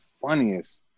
funniest